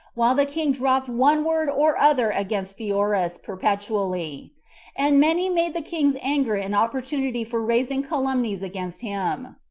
while the king dropped one word or other against pheroras perpetually and many made the king's anger an opportunity for raising calumnies against him.